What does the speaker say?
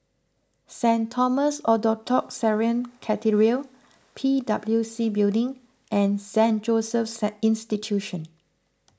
Saint Thomas Orthodox Syrian Cathedral P W C Building and Saint Joseph's saint Institution